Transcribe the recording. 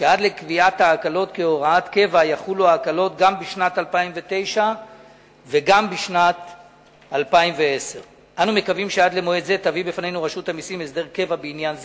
שעד לקביעת ההקלות כהוראת קבע יחולו ההקלות גם בשנת 2009 וגם בשנת 2010. אנו מקווים שעד למועד זה תביא בפנינו רשות המסים הסדר קבע בעניין זה.